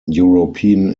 european